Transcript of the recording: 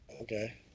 Okay